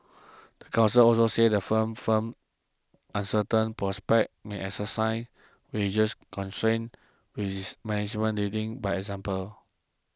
the council also said firm firm uncertain prospects may exercise wages constraint with its management leading by example